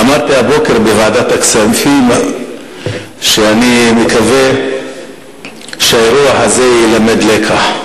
אמרתי הבוקר בוועדת הכספים שאני מקווה שהאירוע הזה ילמד לקח.